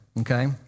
okay